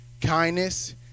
kindness